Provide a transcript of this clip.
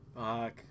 Fuck